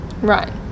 right